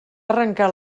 arrencar